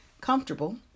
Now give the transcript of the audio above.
comfortable